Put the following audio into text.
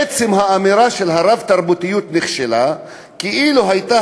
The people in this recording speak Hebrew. עצם האמירה שהרב-תרבותיות נכשלה כאילו הייתה